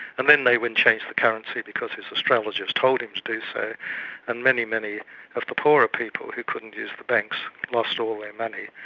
and then ne win changed the currency because his astrologers told him to do so and many, many of the poorer people who couldn't use the banks, lost all their money,